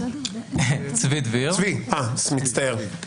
צבי דביר, טוב